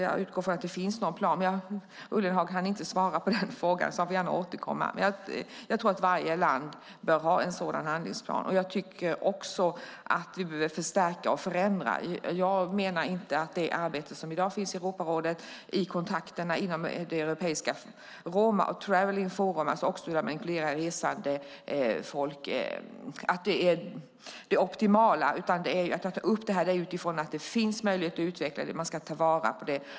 Jag utgår från att det finns sådana planer, men Ullenhag hann inte svara på den frågan. Han får gärna återkomma. Varje land bör ha en sådan handlingsplan. Vi behöver förstärka och förändra. Jag menar inte att det arbete som i dag finns i Europarådet och kontakterna inom European Roma and Travelling Forum, som också inkluderar resandefolk, är det optimala. Att jag tar upp detta är för att det finns möjlighet att utveckla arbetet. Man ska ta vara på det.